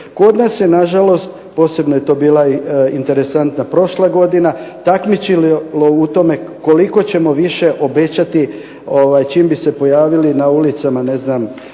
Kod nas se nažalost posebno je to bila interesantna prošla godina, takmičilo u tome koliko ćemo više obećati čim bi se pojavili na ulicama, mljekari